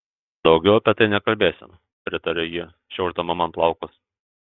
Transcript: daugiau apie tai nekalbėsim pritarė ji šiaušdama man plaukus